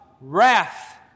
wrath